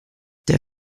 der